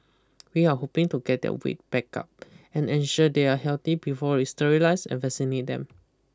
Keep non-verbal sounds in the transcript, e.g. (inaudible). we are hoping to get their weight back up and ensure they are healthy before we sterilise an (unintelligible) them